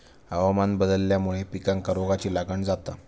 हवामान बदलल्यामुळे पिकांका रोगाची लागण जाता